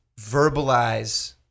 verbalize